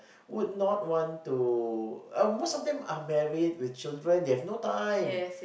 would not want to uh most of them are married with children they have no time